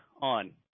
on